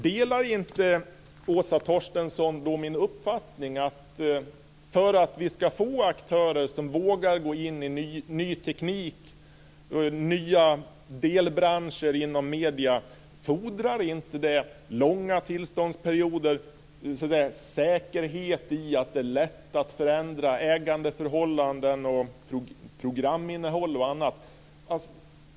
Delar inte Åsa Torstensson min uppfattning att för att vi ska få aktörer som vågar gå in i ny teknik och i nya delbranscher inom medierna så fordrar det långa tillståndsperioder och säkerhet i att det är lätt att förändra ägandeförhållanden, programinnehåll och annat?